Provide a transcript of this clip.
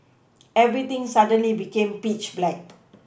everything suddenly became pitch black